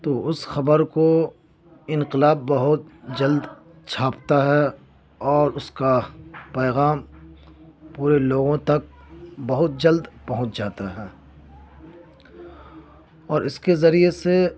تو اس خبر کو انقلاب بہت جلد چھاپتا ہے اور اس کا پیغام پورے لوگوں تک بہت جلد پہنچ جاتا ہے اور اس کے ذریعے سے